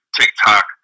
TikTok